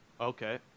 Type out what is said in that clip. Okay